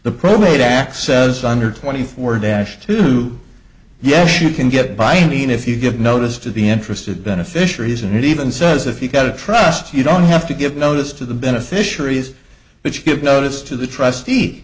the probate access under twenty four dash two yes you can get by i mean if you give notice to the interested beneficiaries and even says if you've got a trust you don't have to give notice to the beneficiaries which give notice to the trustee